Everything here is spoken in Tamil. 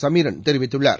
சமீரன் தெரிவித்துள்ளார்